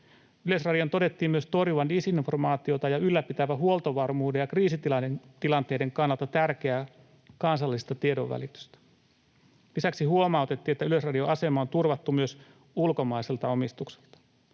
Yleisradion todettiin myös torjuvan disinformaatiota ja ylläpitävän huoltovarmuuden ja kriisitilanteiden kannalta tärkeää kansallista tiedonvälitystä. Lisäksi huomautettiin, että Yleisradion asema on turvattu myös ulkomaiselta omistukselta.